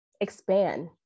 expand